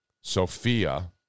Sophia